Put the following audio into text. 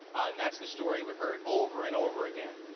and that's the story we heard over and over again.